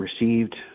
received –